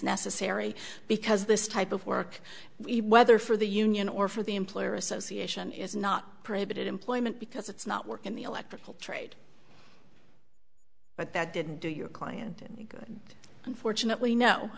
necessary because this type of work whether for the union or for the employer association is not prohibited employment because it's not work in the electrical trade but that didn't do your client good unfortunately